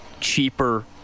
cheaper